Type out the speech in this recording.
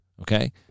okay